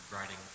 writing